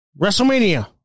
WrestleMania